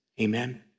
amen